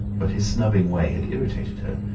but his snubbing way had irritated her,